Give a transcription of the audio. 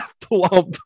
Plump